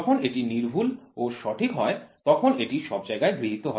যখন এটি সূক্ষ্ম ও সঠিক হয় তখন এটি সব জায়গায় গৃহীত হয়